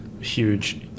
Huge